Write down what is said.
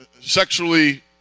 sexually